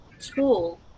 tool